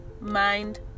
mind